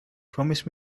promise